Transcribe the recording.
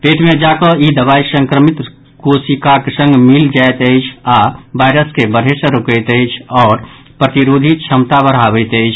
पेट मे जा कऽ ई दबाई संक्रमित कोशिकाक संग मिलि जायत अछि आ वाईरस के बढ़य सँ रोकैत अछि आओर प्रतिरोधि क्षमता बढ़ाबैत अछि